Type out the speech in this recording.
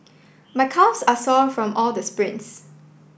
my calves are sore from all the sprints